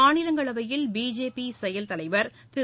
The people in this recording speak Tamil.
மாநிலங்களவையில் பிஜேபி செயல் தலைவர் திரு